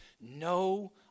no